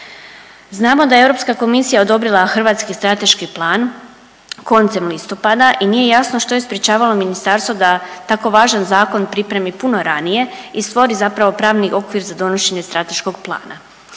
Znamo da je Europska komisija odobrila Hrvatski strateški plan koncem listopada i nije jasno što je sprječavalo ministarstvo da tako važan zakon pripremi puno ranije i stvori zapravo pravni okvir za donošenje strateškog plana.